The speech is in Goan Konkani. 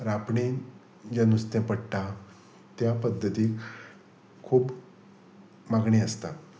रापणी जें नुस्तें पडटा त्या पद्दतीक खूब मागणी आसता